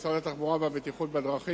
משרד התחבורה והבטיחות בדרכים,